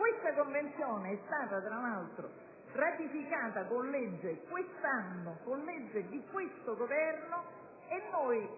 Questa Convenzione è stata, tra l'altro, ratificata quest'anno con una legge di questo Governo e con essa noi